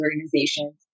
organizations